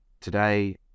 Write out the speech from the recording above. Today